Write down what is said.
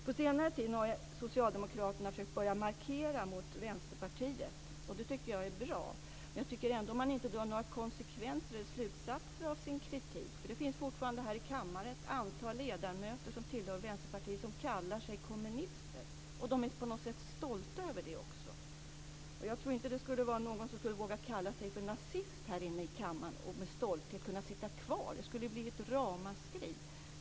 På senare tid har Socialdemokraterna börjat markera mot Vänsterpartiet, och det tycker jag är bra. Men man drar ändå inte några slutsatser av sin kritik. Det finns fortfarande här i kammaren ett antal ledamöter som tillhör Vänsterpartiet som kallar sig kommunister. De är på något sätt också stolta över det. Jag tror inte att det skulle vara någon som skulle våga kalla sig för nazist här i kammaren och med stolthet sitta kvar. Det skulle bli ett ramaskri.